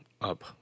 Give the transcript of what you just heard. up